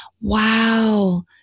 wow